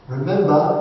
Remember